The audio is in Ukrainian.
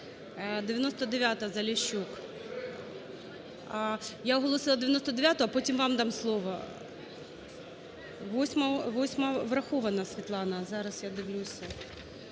у залі) Я оголосила 99-у, а потім вам дам слово. 8-а врахована, Світлана. Зараз я дивлюся.